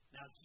Now